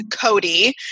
Cody